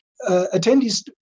attendees